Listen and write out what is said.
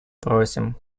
просим